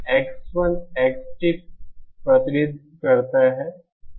X1 XT प्रतिनिधित्व करता है